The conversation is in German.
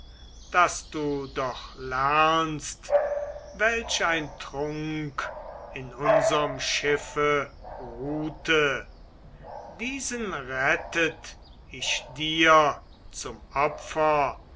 daß du doch lernst welch ein trunk in unserem schiffe ruhte diesen rettet ich dir zum opfer